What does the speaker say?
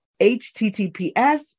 https